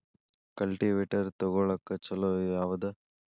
Cultivator ತೊಗೊಳಕ್ಕ ಛಲೋ ಯಾವದ?